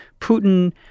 Putin